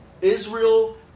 Israel